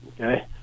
okay